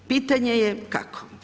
Pitanje je kako?